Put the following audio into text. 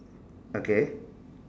okay